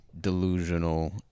delusional